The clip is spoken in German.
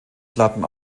platten